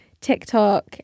TikTok